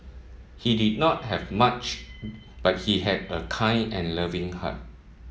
he did not have much but he had a kind and loving heart